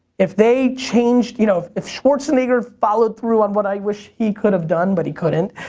if they changed, you know if schwarzenegger followed through on what i wish he could have done, but he couldn't,